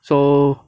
so